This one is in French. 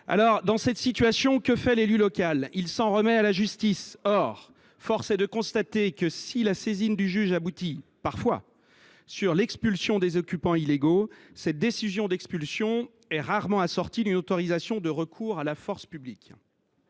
juriste… Dans cette situation, que fait l’élu local ? Il s’en remet à la justice ! Or force est de constater que si la saisine du juge aboutit – parfois – à l’expulsion des occupants illégaux, cette décision d’expulsion est rarement assortie d’une autorisation de recours à la force publique.